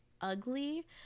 ugly